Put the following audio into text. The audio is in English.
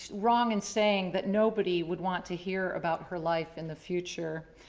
wrong in saying that nobody would want to hear about her life in the future.